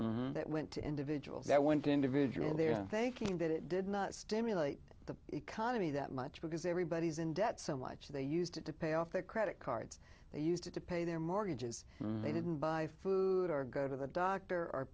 that went to individuals that went individually and they are thinking that it did not stimulate the economy that much because everybody's in debt so much they used it to pay off their credit cards they used to pay their mortgages they didn't buy food or go to the doctor or